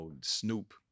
Snoop